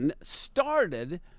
started